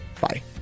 bye